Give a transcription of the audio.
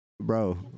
bro